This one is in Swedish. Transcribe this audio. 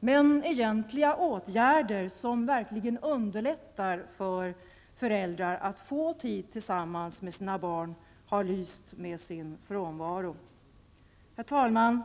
Men egentliga åtgärder som verkligen underlättar för föräldrar att få tid tillsammans med sina barn har lyst med sin frånvaro. Herr talman!